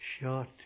shot